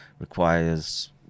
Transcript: requires